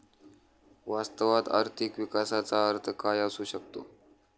वास्तवात आर्थिक विकासाचा अर्थ काय असू शकतो?